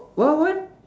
what what